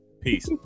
Peace